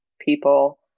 people